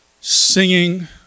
singing